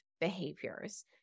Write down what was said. behaviors